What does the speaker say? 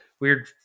weird